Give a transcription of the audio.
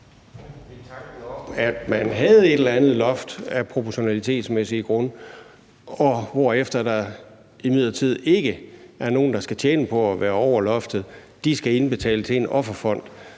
om at have et eller andet loft af proportionalitetsmæssige grunde, hvorefter der imidlertid ikke er nogen, der skal tjene på at være over loftet, så de skal indbetale til en offerfond,